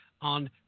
on